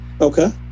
okay